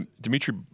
Dimitri